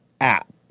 App